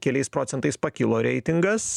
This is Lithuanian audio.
keliais procentais pakilo reitingas